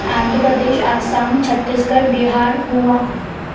Andhra Pradesh Assam Chhattisgarh Bihar Goa